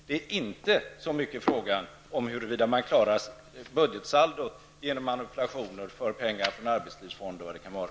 Det är inte så mycket frågan om huruvida man klarar budgetsaldot med manipulationer med pengar från Arbetslivsfonden eller vad det kan vara.